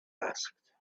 asked